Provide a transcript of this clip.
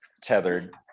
tethered